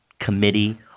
committee